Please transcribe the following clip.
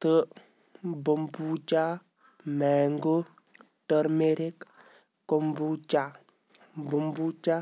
تہٕ kombucha mango turmeric kombucha kombucha